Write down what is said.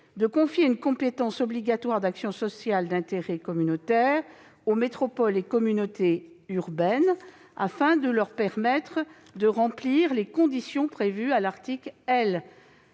de confier une compétence obligatoire d'action sociale d'intérêt communautaire aux métropoles et communautés urbaines, afin de leur permettre de remplir les conditions prévues à l'article L.